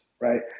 Right